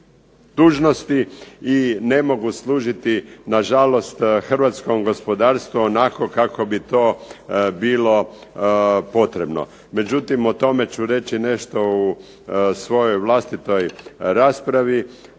dužnosti i ne mogu služiti nažalost hrvatskom gospodarstvu onako kako bi to bilo potrebno. Međutim, o tome ću reći nešto u svojoj vlastitoj raspravi,